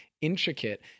intricate